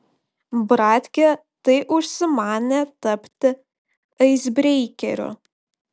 bratkė tai užsimanė tapti aisbreikeriu